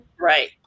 Right